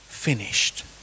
finished